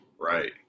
right